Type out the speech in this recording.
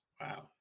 Wow